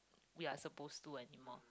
we are supposed to anymore